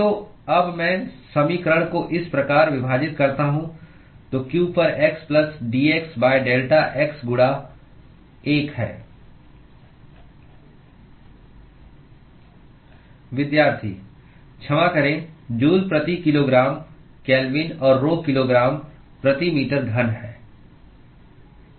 तो अब मैं समीकरण को इस प्रकार विभाजित करता हूं तो q पर xdx डेल्टा x गुणा 1 है क्षमा करें जूल प्रति किलोग्राम केल्विन और rho किलोग्राम प्रति मीटर घन है